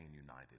united